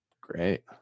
Great